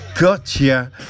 gotcha